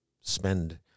spend